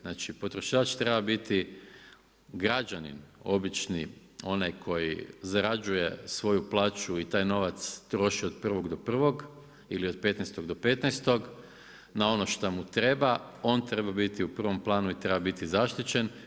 Znači potrošač treba biti građanin, obični, onaj koji zarađuje svoju plaću i taj novac troši od 1. do 1. ili od 15. do 15.-og na ono što mu treba, on treba biti u prvom planu i treba biti zaštićen.